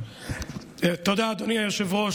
תודה, אדוני היושב-ראש.